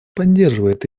поддерживает